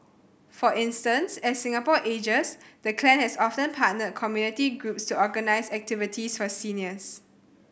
for instance as Singapore ages the clan has often partnered community groups to organise activities for seniors